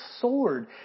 sword